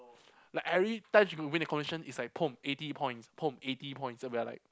like every time you gonna win the competition is like pom eighty points pom eighty points then we are like